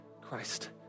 Christ